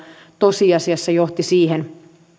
tosiasiassa johti siihen